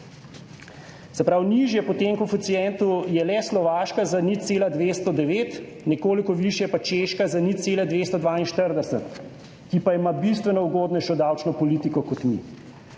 nižje po tem koeficientu je le Slovaška za 0,209, nekoliko višje pa Češka za 0,242, ki pa ima bistveno ugodnejšo davčno politiko kot mi.